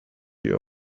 your